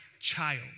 child